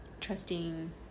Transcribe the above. trusting